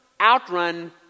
outrun